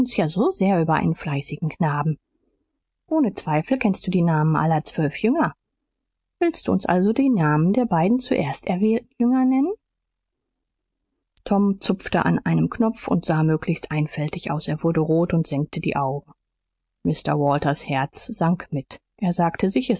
ja so sehr über einen fleißigen knaben ohne zweifel kennst du die namen aller zwölf jünger willst du uns also die namen der beiden zuerst erwählten jünger nennen tom zupfte an einem knopf und sah möglichst einfältig aus er wurde rot und senkte die augen mr walters herz sank mit er sagte sich